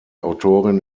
autorin